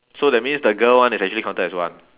so that means the girl one is actually counted as one